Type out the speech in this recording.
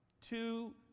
Two